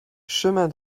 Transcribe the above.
chemin